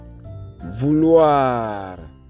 vouloir